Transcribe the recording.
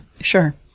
Sure